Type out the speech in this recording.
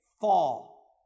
fall